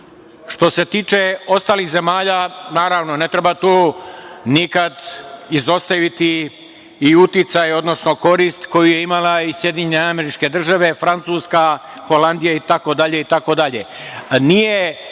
se tiče ostalih zemalja, naravno ne treba tu nikad izostaviti i uticaj, odnosno korist koju je imala SAD, Francuska, Holandija itd.